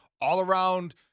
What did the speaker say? all-around